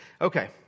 Okay